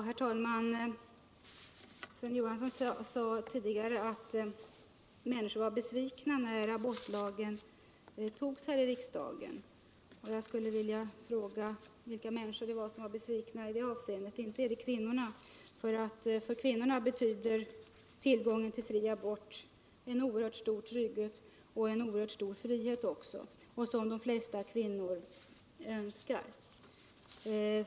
Herr talman! Sven Johansson sade tidigare att människor var besvikna när abortlagen antogs i riksdagen. Jag skulle vilja fråga vilka människor som var besvikna. Inte var det kvinnorna — för dem betyder tillgången till fri abort en oerhört stor trygghet och också en oerhört stor frihet som de flesta kvinnor önskar.